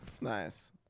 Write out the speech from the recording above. Nice